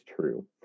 true